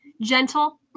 Gentle